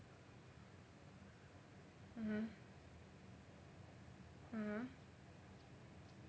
mmhmm mmhmm